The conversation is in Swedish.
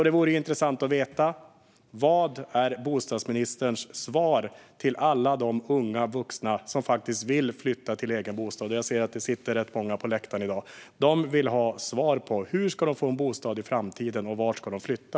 Det vore intressant att veta vad bostadsministerns svar är till alla de unga vuxna som faktiskt vill flytta till egen bostad - jag ser att det sitter rätt många på läktaren i dag. De vill ha svar på hur de ska få en bostad i framtiden och vart de ska flytta.